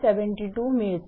72 मिळते